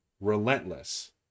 Relentless